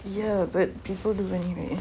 ya but prefer to anyway